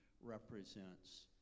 represents